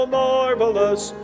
marvelous